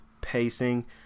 pacing